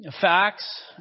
Facts